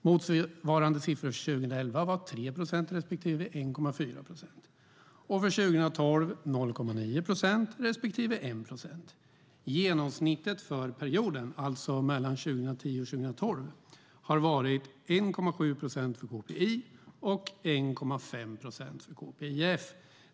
Motsvarande siffror för 2011 var 3 procent respektive 1,4 procent, och 0,9 procent respektive 1 procent för 2012. Genomsnittet för perioden 2010-2012 har varit 1,7 procent för KPI och 1,5 procent för KPIF.